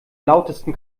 lautesten